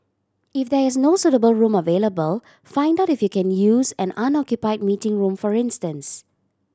if there is no suitable room available find out if you can use an unoccupy meeting room for instance